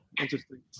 interesting